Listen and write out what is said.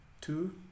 two